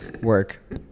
Work